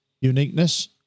uniqueness